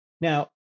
Now